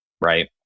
right